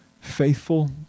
faithful